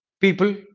people